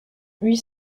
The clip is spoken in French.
huit